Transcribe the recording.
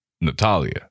Natalia